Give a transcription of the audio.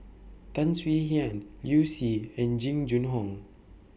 Tan Swie Hian Liu Si and Jing Jun Hong